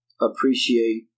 appreciate